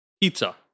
Pizza